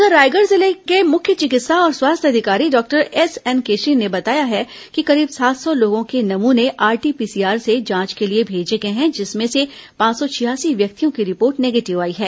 उधर रायगढ़ जिले के मुख्य चिकित्सा और स्वास्थ्य अधिकारी डॉक्टर एसएनकेशरी ने बताया है कि करीब सात सौ लोगों के नमूने आरटी पीसीआर से जांच के लिए भेजे गए हैं जिसमें से पांच सौ छियासी व्यक्तियों की रिपोर्ट निगेटिव आई है